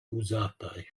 uzataj